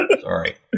Sorry